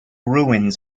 ruins